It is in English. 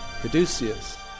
Caduceus